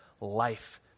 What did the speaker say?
life